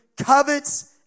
covets